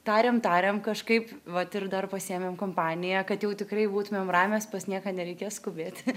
tarėm tarėm kažkaip vat ir dar pasiėmėm kompaniją kad jau tikrai būtumėm ramios pas nieką nereikės skubėti